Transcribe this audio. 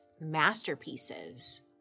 masterpieces